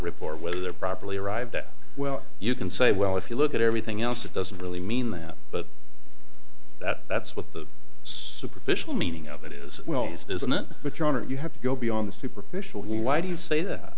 report whether they're properly arrived at well you can say well if you look at everything else it doesn't really mean that but that that's what the superficial meaning of it is well isn't it but your honor you have to go beyond the superficial why do you say that